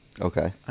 okay